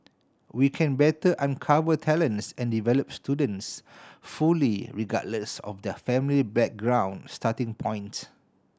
we can better uncover talents and develop students fully regardless of their family background starting point